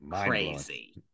crazy